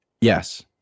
yes